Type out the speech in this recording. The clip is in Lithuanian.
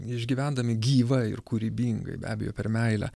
išgyvendami gyvai ir kūrybingai be abejo per meilę